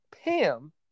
Pam